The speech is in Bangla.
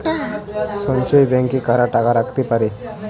সঞ্চয় ব্যাংকে কারা টাকা রাখতে পারে?